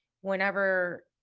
whenever